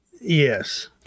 Yes